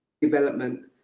development